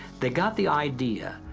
they got the idea,